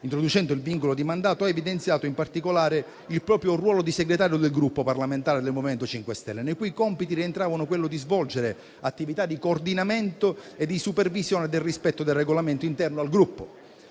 introducendo il vincolo di mandato, ha evidenziato in particolare il proprio ruolo di segretario del Gruppo parlamentare del MoVimento 5 Stelle, nei cui compiti rientravano quello di svolgere attività di coordinamento e di supervisione del rispetto del regolamento interno al Gruppo.